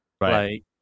right